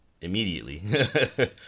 immediately